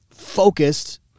focused